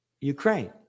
Ukraine